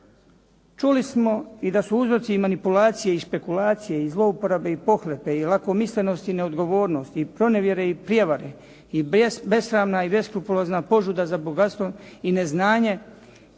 Čuli smo i da su uzroci manipulacije i špekulacije i zlouporabe i pohlepe i lakomislenosti i neodgovornosti i pronevjere i prijevare i besramna i beskrupulozna požuda za bogatstvom i neznanje